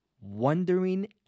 wondering